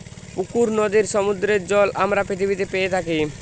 পুকুর, নদীর, সমুদ্রের জল আমরা পৃথিবীতে পেয়ে থাকি